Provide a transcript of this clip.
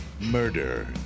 Murder